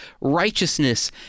righteousness